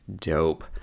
Dope